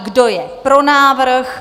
Kdo je pro návrh?